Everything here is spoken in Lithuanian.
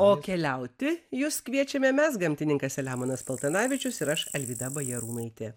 o keliauti jus kviečiame mes gamtininkas selemonas paltanavičius ir aš alvyda bajarūnaitė